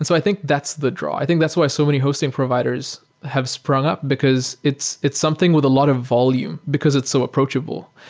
so i think that's the draw. i think that's why so many hosting providers have sprung up because it's it's something with a lot of volume because it's so approachable.